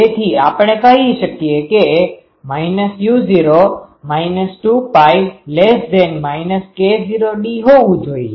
તેથી આપણે કહી શકીએ કે u0 2Π k0d હોવું જોઈએ